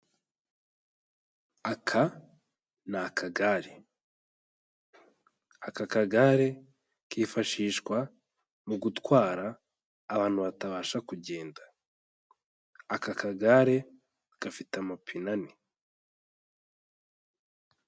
Aka ni akagare, aka kagare kifashishwe mu gutwara abantu batabasha kugenda, aka kagare gafite amapine ane.